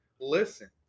listen